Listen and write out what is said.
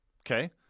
Okay